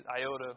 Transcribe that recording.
iota